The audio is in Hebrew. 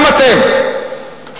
גם אתם,